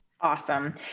Awesome